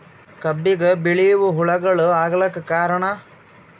ಕಬ್ಬಿಗ ಬಿಳಿವು ಹುಳಾಗಳು ಆಗಲಕ್ಕ ಕಾರಣ?